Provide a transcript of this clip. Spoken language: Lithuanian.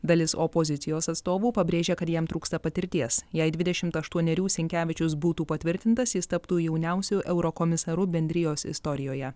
dalis opozicijos atstovų pabrėžė kad jiem trūksta patirties jei dvidešimt aštuonerių sinkevičius būtų patvirtintas jis taptų jauniausiu eurokomisaru bendrijos istorijoje